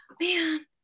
man